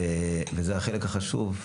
וזה החלק החשוב.